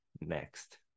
next